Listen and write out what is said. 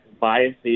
biases